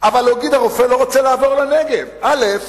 אבל הרופא לא רוצה לעבור לנגב, א.